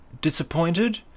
disappointed